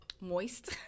moist